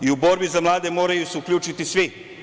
U borbi za mlade moraju se uključiti svi.